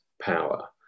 power